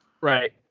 Right